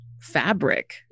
fabric